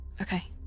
okay